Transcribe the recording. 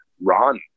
run